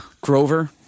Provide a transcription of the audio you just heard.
Grover